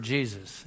Jesus